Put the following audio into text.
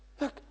Look